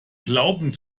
glauben